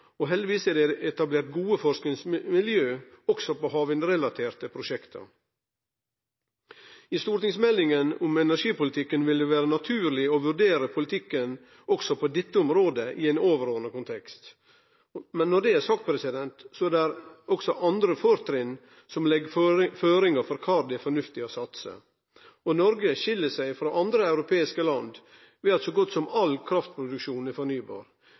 og heldigvis er det etablert gode forskingsmiljø òg på havvindrelaterte prosjekt. I stortingsmeldinga om energipolitikken vil det vere naturleg å vurdere politikken òg på dette området i ein overordna kontekst. Men når det er sagt, er det òg andre fortrinn som legg føringar for kvar det er fornuftig å satse. Noreg skil seg frå andre europeiske land ved at så godt som all kraftproduksjon er fornybar.